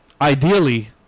ideally